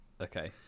Okay